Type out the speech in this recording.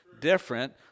different